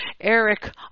Eric